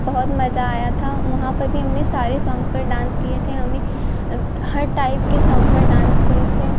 बहुत मज़ा आया था वहाँ पर भी हमने सारे सोंग पर डांस किए थे हमें हर टाइप के सोंग पर डांस किए थे